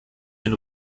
den